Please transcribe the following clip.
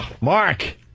Mark